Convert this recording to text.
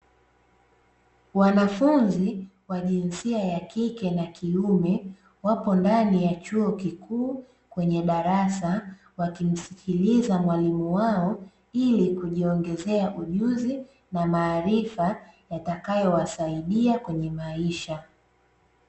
Wanafuzni wa jinsia ya kike na kiume wapo ndani ya chuo kikuu kwenye darasa, wakimsikiliza mwalimu wao ili kujiongezea ujuzi na maarifa, yatakayowasaidia kwenye maisha.